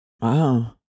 Wow